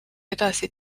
edasi